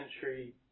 century